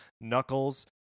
Knuckles